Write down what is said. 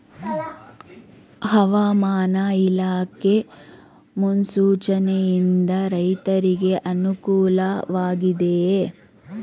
ಹವಾಮಾನ ಇಲಾಖೆ ಮುನ್ಸೂಚನೆ ಯಿಂದ ರೈತರಿಗೆ ಅನುಕೂಲ ವಾಗಿದೆಯೇ?